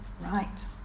right